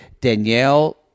Danielle